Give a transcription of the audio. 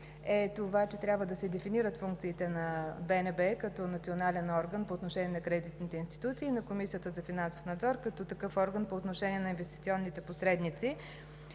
е това, че трябва да се дефинират функциите на БНБ като национален орган по отношение на кредитните институции и на Комисията за финансов надзор като такъв орган по отношение на инвестиционните посредници.